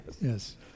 Yes